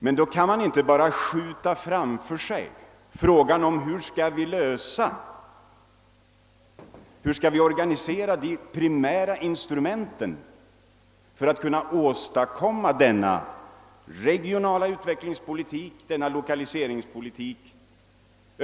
Men då kan vi inte bara skjuta framför oss frågan om hur vi skall utforma de primära instrumenten för att kunna åstadkomma denna regionala utvecklingspolitik, denna lokaliseringspolitik.